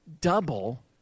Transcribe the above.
double